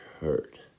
hurt